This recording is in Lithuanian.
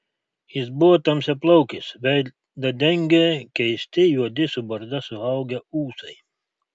jis buvo tamsiaplaukis veidą dengė keisti juodi su barzda suaugę ūsai